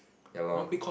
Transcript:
ya loh